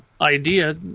idea